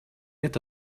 эта